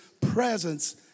presence